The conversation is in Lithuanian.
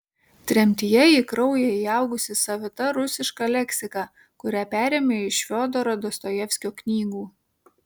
tremtyje į kraują įaugusi savita rusiška leksika kurią perėmė iš fiodoro dostojevskio knygų